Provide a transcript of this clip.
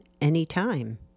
anytime